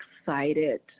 excited